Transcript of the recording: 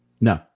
No